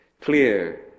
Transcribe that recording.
clear